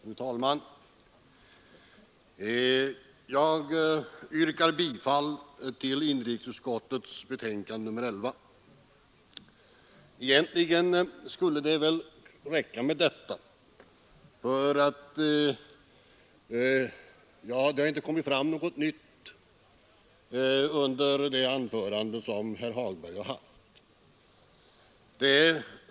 Fru talman! Jag yrkar bifall till utskottets hemställan i dess betänkande nr 11. Egentligen skulle det väl räcka med detta, eftersom ingenting nytt framkommit under det anförande som herr Hagberg har hållit.